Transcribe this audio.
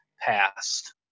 passed